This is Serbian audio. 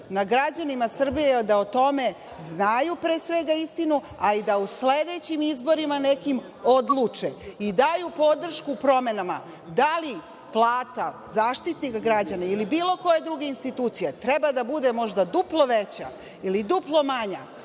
na građanima Srbije je da o tome znaju, pre svega, istinu, a i da u sledećim izborima nekim odluče i daju podršku promenama. Da li plata Zaštitnika građana ili bilo koje institucije treba da bude možda duplo veća ili duplo manja?